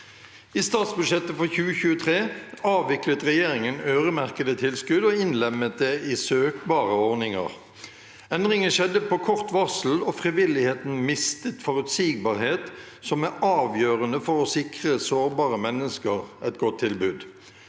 I statsbudsjettet for 2023 avviklet regjeringen øremerkede tilskudd og innlemmet det i søkbare ordninger. Endringen skjedde på kort varsel og frivilligheten mistet forutsigbarhet, som er avgjørende for å sikre sårbare mennesker et godt tilbud.